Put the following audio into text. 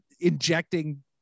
injecting